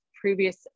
previous